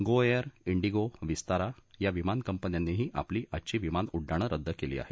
GoAir IndiGo Vistara या विमान कंपन्यांनीही आपली आजची विमानउड्डाणं रद्द केली आहेत